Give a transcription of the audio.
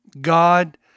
God